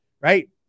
right